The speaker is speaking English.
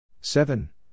seven